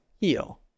heal